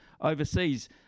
overseas